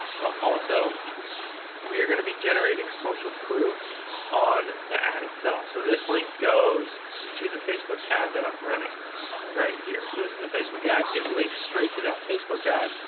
but also we are going to be generating social proof on the ad itself. so this link goes to the facebook ad that i'm running right here. so this is the facebook ad. it links straight to that facebook ad.